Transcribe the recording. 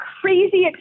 crazy